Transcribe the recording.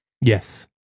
Yes